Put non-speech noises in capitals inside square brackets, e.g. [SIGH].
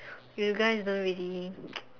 you guys don't really [NOISE]